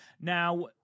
Now